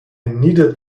needed